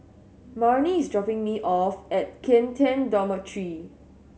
Marni is dropping me off at Kian Teck Dormitory